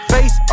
Face